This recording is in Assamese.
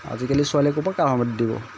আজিকালি ছোৱালীয়ে ক'ৰপৰা কাঁহৰ বাটিত দিব